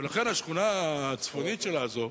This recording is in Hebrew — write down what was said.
ולכן, השכונה הצפונית שלה הזאת,